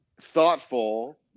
thoughtful